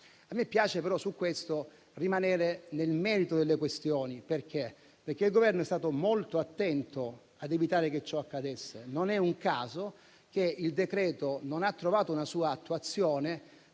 A me piace però su questo rimanere nel merito delle questioni, perché il Governo è stato molto attento a evitare che ciò accadesse. Non è un caso che il decreto non abbia trovato una sua attuazione